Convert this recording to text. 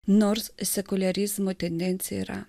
nors sekuliarizmo tendencija yra